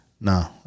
No